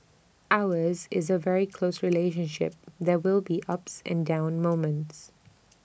ours is A very close relationship there will be ups and down moments